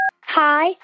Hi